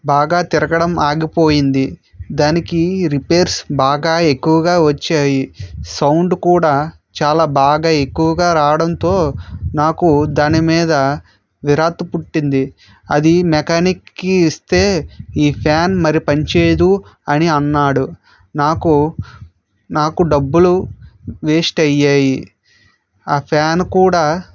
బాగా తిరగడం ఆగిపోయింది దానికి రిపేర్స్ బాగా ఎక్కువగా వచ్చాయి సౌండ్ కూడా చాలా బాగా ఎక్కువగా రావడంతో నాకు దాని మీద విరక్తి పుట్టింది అది మెకానిక్కి ఇస్తే ఈ ఫ్యాన్ మరి పనిచేయదు అని అన్నాడు నాకు నాకు డబ్బులు వేస్ట్ అయినాయి ఆ ఫ్యాన్ కూడా